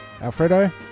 Alfredo